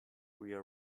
via